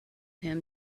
him